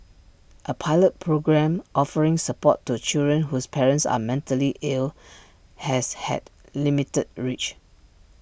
A pilot programme offering support to children whose parents are mentally ill has had limited reach